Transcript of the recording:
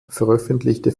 veröffentlichte